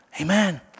Amen